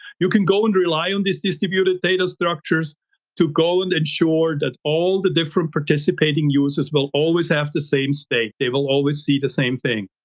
you can go and rely on this distributed data structures to go and ensure that all the different participating users will always have the same state, they will always see the same thing.